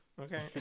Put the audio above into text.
Okay